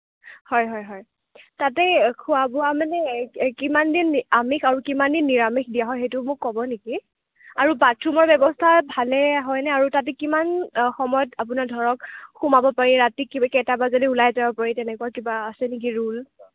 হয় হয় হয় তাতে খোৱা বোৱা মানে কিমানদিন আমিষ আৰু কিমানদিন নিৰামিষ দিয়া হয় সেইটো মোক ক'ব নেকি আৰু বাথৰুমৰ ব্যৱস্থা ভালে হয়নে আৰু তাতে কিমান সময়ত আপোনাৰ ধৰক সোমাব পাৰি ৰাতি কিবা কেইটা বজালৈ ওলাই যাব পাৰি তেনেকুৱা কিবা আছে নেকি ৰুল